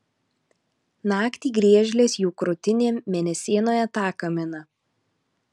naktį griežlės jų krūtinėm mėnesienoje taką mina